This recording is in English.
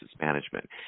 management